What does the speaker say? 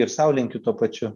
ir sau linkiu tuo pačiu